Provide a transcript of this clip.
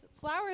flowers